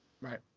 Right